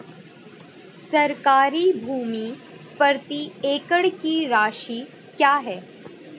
सरकारी भूमि प्रति एकड़ की राशि क्या है?